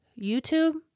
YouTube